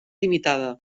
limitada